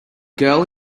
girl